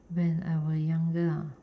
when I were younger ah